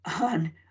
on